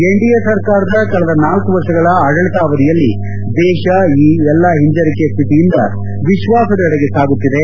NDA ಸರ್ಕಾರದ ಕಳೆದ ನಾಲ್ಲು ವರ್ಷಗಳ ಆಡಳಿತ ಅವಧಿಯಲ್ಲಿ ದೇಶ ಈ ಎಲ್ಲ ಹಿಂಜರಿಕೆ ಸ್ಥಿತಿಯಿಂದ ವಿಶ್ವಾಸದೆಡೆಗೆ ಸಾಗುತ್ತಿದೆ